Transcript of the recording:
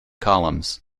columns